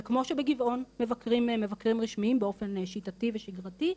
וכמו שבגבעון מבקרים רשמיים מבקרים באופן שיטתי ושגרתי,